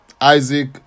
Isaac